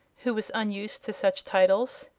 who was unused to such titles.